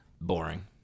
boring